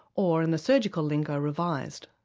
or in the surgical lingo, revised.